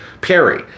Perry